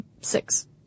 six